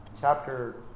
chapter